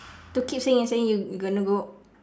to keep saying and saying you're gonna go